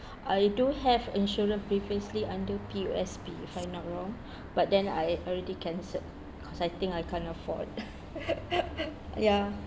I do have insurance previously until P_O_S_B if I not wrong but then I already cancelled cause I think I can't afford ya